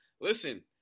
Listen